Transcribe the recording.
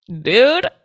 dude